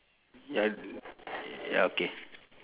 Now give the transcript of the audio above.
ya ya okay